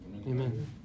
Amen